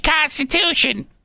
Constitution